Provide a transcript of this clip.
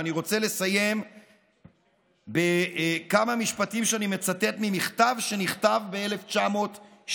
ואני רוצה לסיים בכמה משפטים שאני מצטט ממכתב שנכתב ב-1970,